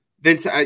Vince